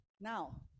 now